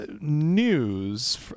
News